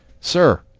sir